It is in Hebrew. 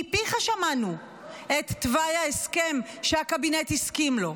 מפיך שמענו את תוואי ההסכם שהקבינט הסכים לו.